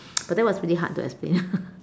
but that was pretty hard to explain